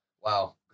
Wow